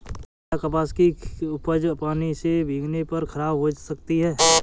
क्या कपास की उपज पानी से भीगने पर खराब हो सकती है?